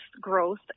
growth